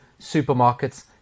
supermarkets